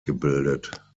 gebildet